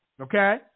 Okay